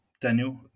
Daniel